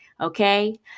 Okay